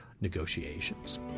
negotiations